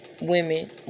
women